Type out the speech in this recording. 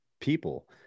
people